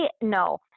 No